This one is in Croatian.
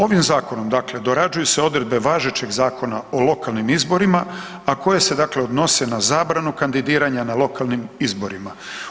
Ovim zakonom dakle dorađuju se odredbe važećeg Zakona o lokalnim izborima, a koje se dakle odnose na zabranu kandidiranja na lokalnim izborima.